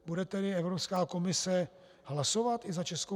Bude tedy Evropská komise hlasovat i za ČR?